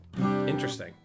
Interesting